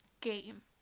game